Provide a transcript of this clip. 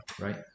right